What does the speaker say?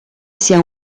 sia